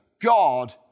God